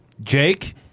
Jake